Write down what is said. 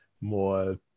more